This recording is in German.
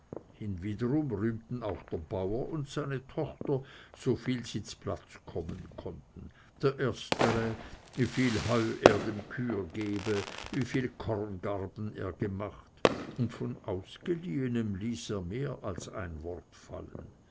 hinwiederum rühmten auch der bauer und seine tochter so viel sie z'platz kommen konnten der erstere wieviel heu er dem küher gebe wieviel korngarben er gemacht und von ausgeliehenem ließ er mehr als ein wort fallen